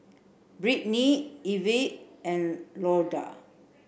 Brittney Ivie and Dorla